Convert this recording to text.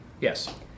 Yes